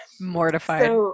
mortified